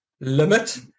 limit